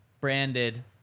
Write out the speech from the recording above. Branded